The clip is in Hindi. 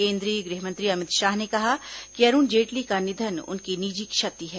केंद्रीय गृहमंत्री अमित शाह ने कहा कि अरुण जेटली का निधन उनकी निजी क्षति है